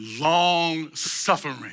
long-suffering